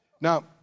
now